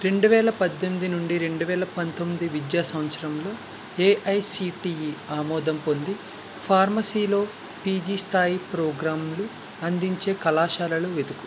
రెండు వేల పద్దెనిమిది నుండి రెండు వేల పంతొమ్మిది విద్యా సంవత్సరంలో ఏఐసిటిఈ ఆమోదం పొంది ఫార్మసీలో పీజీ స్థాయి ప్రోగ్రాంలు అందించే కళాశాలలు వెతుకు